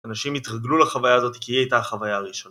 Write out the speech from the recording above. אנשים יתרגלו לחוויה הזאת כי היא הייתה החוויה הראשונה.